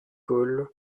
hall